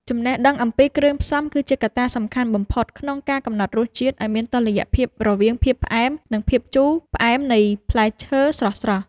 ចំណេះដឹងអំពីគ្រឿងផ្សំ គឺជាកត្តាសំខាន់បំផុតក្នុងការកំណត់រសជាតិឱ្យមានតុល្យភាពរវាងភាពផ្អែម និងភាពជូរ ផ្អែមនៃផ្លែឈើស្រស់ៗ។